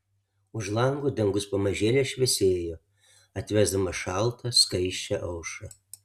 už lango dangus pamažėle šviesėjo atvesdamas šaltą skaisčią aušrą